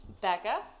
Becca